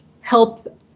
help